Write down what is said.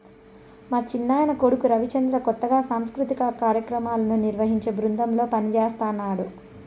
మా చిన్నాయన కొడుకు రవిచంద్ర కొత్తగా సాంస్కృతిక కార్యాక్రమాలను నిర్వహించే బృందంలో పనిజేస్తన్నడు